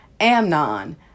Amnon